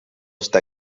està